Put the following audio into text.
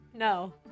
No